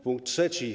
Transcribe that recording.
Punkt trzeci.